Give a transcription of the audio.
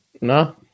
No